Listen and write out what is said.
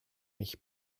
mich